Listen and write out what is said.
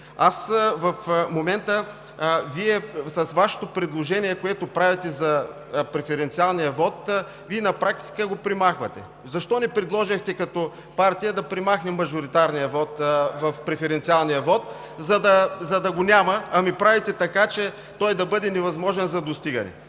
В момента предложението, което правите за преференциалния вот, на практика го премахвате. Защо не предложихте като партия да премахнем мажоритарния вот в преференциалния вот, за да го няма, ами правите така, че той да бъде невъзможен за достигане?